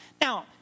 Now